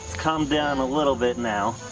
calmed down a little bit now.